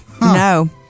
no